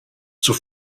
zur